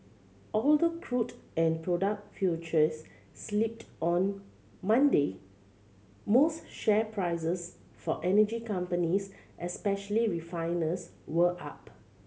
although crude and product futures slipped on Monday most share prices for energy companies especially refiners were up